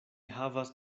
havas